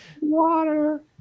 Water